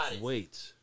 wait